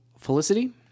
Felicity